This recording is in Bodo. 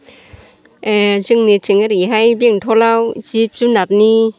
ए जोंनिथिं ओरैहाय बेंथल आव जिब जुनारनि